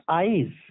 eyes